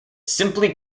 simply